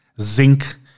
zinc